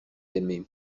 aimé